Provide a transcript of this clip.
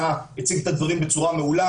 הציג את הדברים בצורה מעולה,